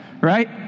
right